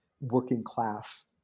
working-class